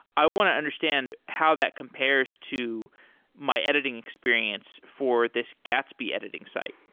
i want to understand how that compares to my editing experience for this gatsby editing site